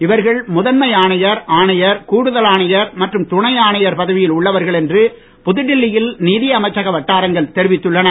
இவர்கள் முதன்மை ஆணையர் ஆணையர் கூடுதல் ஆணையர் மற்றும் துணை ஆணையர் பதவியில் உள்ளவர்கள் என்று புதுடெல்லியில் நிதியமைச்சக வட்டாரங்கள் தெரிவித்துள்ளன